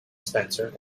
spencer